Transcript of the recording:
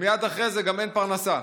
ומייד אחרי זה גם אין פרנסה.